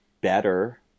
better